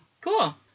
Cool